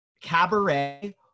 Cabaret